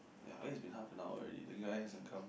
ya eh it's been half an hour already the guy hasn't come